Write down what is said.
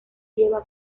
lleva